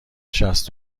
شصت